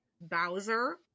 Bowser